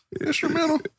Instrumental